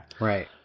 Right